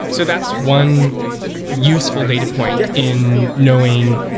so that's one useful data point in knowing,